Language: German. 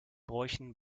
bräuchen